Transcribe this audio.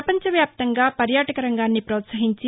ప్రపంచ వ్యాప్తంగా పర్యాటక రంగాన్ని ప్రోత్సహించి